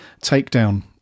takedown